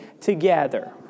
together